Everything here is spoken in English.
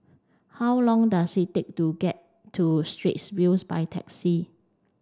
how long does it take to get to Straits View by taxi